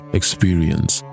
experience